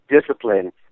discipline